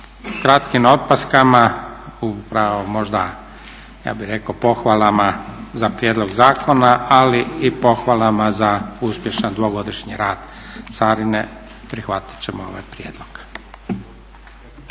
kratkim opaskama upravo možda ja bih rekao pohvalama za prijedlog zakona ali i pohvalama za uspješan 2-godišnji rad Carine prihvatit ćemo ovaj prijedlog.